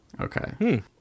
Okay